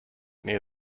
near